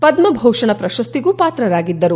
ಪದ್ಮಭೂಷಣ ಪ್ರಶಸ್ತಿಗೂ ಪಾತ್ರರಾಗಿದ್ದರು